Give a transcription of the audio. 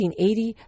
1880